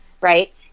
right